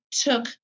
took